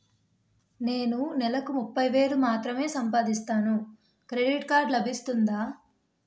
నేను నెల కి ముప్పై వేలు మాత్రమే సంపాదిస్తాను క్రెడిట్ కార్డ్ లభిస్తుందా?